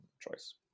choice